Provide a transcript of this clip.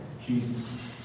Jesus